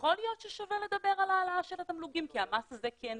יכול להיות ששווה לדבר על ההעלאה של התמלוגים כי המס הזה כן מגיע.